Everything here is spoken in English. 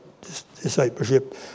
discipleship